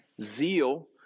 Zeal